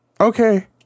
Okay